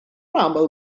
aml